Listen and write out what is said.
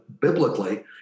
biblically